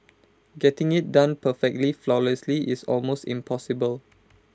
getting IT done perfectly flawlessly is almost impossible